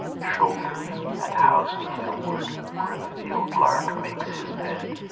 shoulder me and house me hillward, where the field-lark makes his bed,